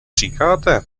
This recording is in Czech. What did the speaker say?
říkáte